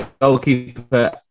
goalkeeper